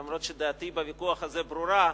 אף שדעתי בוויכוח הזה ברורה.